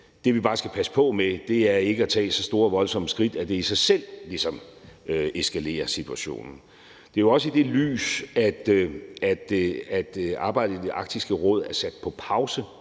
Det, vi bare skal passe på med, er ikke at tage så store og voldsomme skridt, at det i sig selv ligesom eskalerer situationen. Det er jo også i det lys, at arbejdet i Arktisk Råd er sat på pause